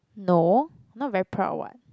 no not very proud what